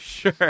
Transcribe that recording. Sure